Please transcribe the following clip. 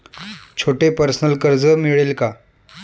छोटे पर्सनल कर्ज मिळेल का?